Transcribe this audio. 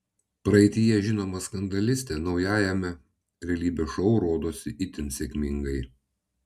praeityje žinoma skandalistė naujajame realybės šou rodosi itin sėkmingai